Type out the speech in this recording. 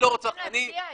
לא, אנחנו רוצים להצביע היום.